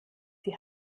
die